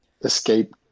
escape